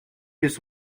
mille